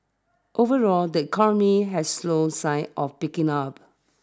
overall the economy has slow signs of picking up